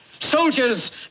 Soldiers